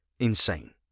Insane